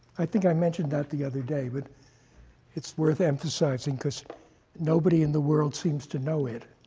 i think i mentioned that the other day, but it's worth emphasizing, because nobody in the world seems to know it.